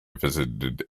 visited